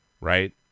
right